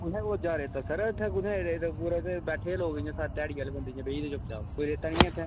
कुत्थै पुज्जा रेत्ता सर इत्थै कुत्थै इद्धर पूरा इत्थै बैठे दे लोग इ'यां सारे ध्याड़ी आह्ले बंदे बेही'दे चुप्पचाप कोई रेत्ता निं ऐ इत्थै